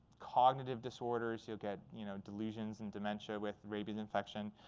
cognitive disorders. you'll get you know delusions and dementia with rabies infection.